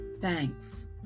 thanks